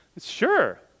Sure